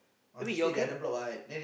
oh wait your grand~